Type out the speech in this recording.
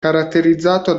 caratterizzato